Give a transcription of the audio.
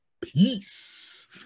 Peace